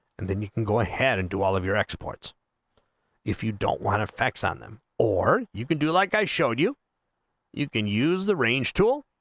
and and you can go ahead and do all of your exports if you don't wanna facts on them or it you can do like i showed you you can use the range tool